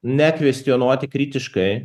nekvestionuoti kritiškai